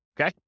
Okay